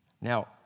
Now